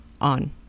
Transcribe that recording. on